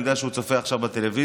אני יודע שהוא צופה עכשיו בטלוויזיה,